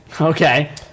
Okay